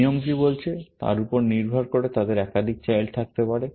নিয়ম কি বলছে তার উপর নির্ভর করে তাদের একাধিক চাইল্ড থাকতে পারে